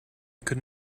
could